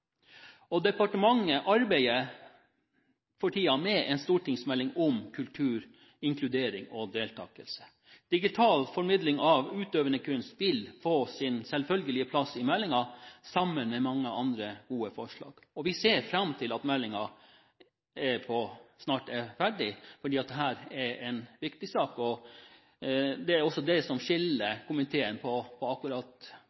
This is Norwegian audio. sammenheng. Departementet arbeider for tiden med en stortingsmelding om kultur, inkludering og deltakelse. Digital formidling av utøvende kunst vil få sin selvfølgelige plass i meldingen, sammen med mange andre gode forslag. Vi ser fram til at meldingen snart er ferdig, fordi dette er en viktig sak. Det er også dette som skiller komiteen når det